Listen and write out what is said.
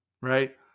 right